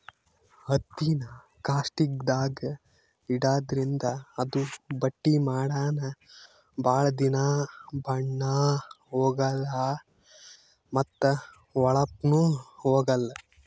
ಹತ್ತಿನಾ ಕಾಸ್ಟಿಕ್ದಾಗ್ ಇಡಾದ್ರಿಂದ ಅದು ಬಟ್ಟಿ ಮಾಡನ ಭಾಳ್ ದಿನಾ ಬಣ್ಣಾ ಹೋಗಲಾ ಮತ್ತ್ ಹೋಳಪ್ನು ಹೋಗಲ್